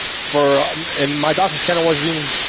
for and my dog's channel was even